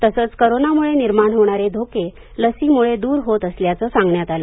तसंच करोनाम्ळे निर्माण होणारे धोके लसीमुळे दूर होत असल्याचंही सांगण्यात आलं